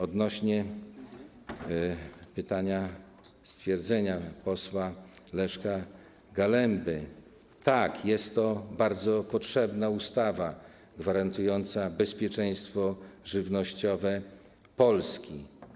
Odnośnie do pytania, stwierdzenia posła Leszka Galemby: tak, jest to bardzo potrzebna ustawa, gwarantująca bezpieczeństwo żywnościowe Polski.